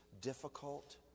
difficult